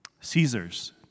Caesars